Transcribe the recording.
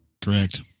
Correct